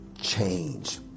change